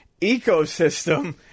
ecosystem